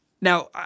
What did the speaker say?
Now